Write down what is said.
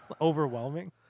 Overwhelming